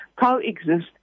coexist